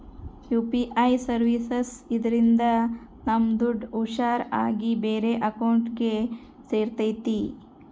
UPI services ಇದ್ರಿಂದ ನಮ್ ದುಡ್ಡು ಹುಷಾರ್ ಆಗಿ ಬೇರೆ ಅಕೌಂಟ್ಗೆ ಸೇರ್ತೈತಿ